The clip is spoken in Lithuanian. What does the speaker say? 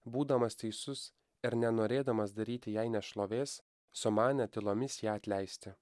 būdamas teisus ir nenorėdamas daryti jai nešlovės sumanė tylomis ją atleisti